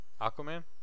Aquaman